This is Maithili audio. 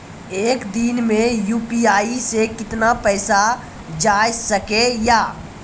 एक दिन मे यु.पी.आई से कितना पैसा जाय सके या?